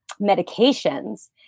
medications